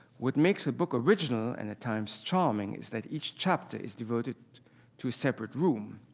what makes the book original and at times charming is that each chapter is devoted to a separate room.